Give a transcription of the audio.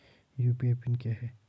UPI PIN क्या है?